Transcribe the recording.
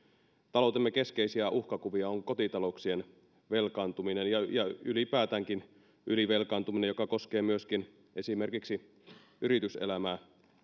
taloutemme keskeisiä uhkakuvia on kotitalouksien velkaantuminen ja ja ylipäätäänkin ylivelkaantuminen joka koskee myöskin esimerkiksi yrityselämää